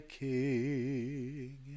king